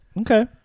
Okay